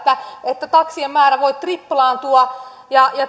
että taksien määrä voi triplaantua ja